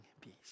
peace